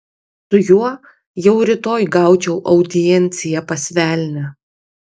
su juo jau rytoj gaučiau audienciją pas velnią